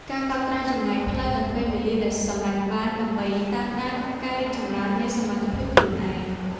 ការកត់ត្រាចម្ងាយផ្លូវ និងពេលវេលាដែលសម្រេចបាន ដើម្បីតាមដានការរីកចម្រើននៃសមត្ថភាពខ្លួនឯង។